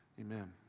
Amen